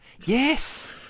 Yes